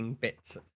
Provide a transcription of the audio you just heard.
Bits